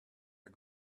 are